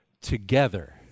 together